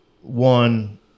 One